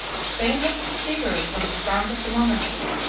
spain was dissevered from the trunk of the monarchy,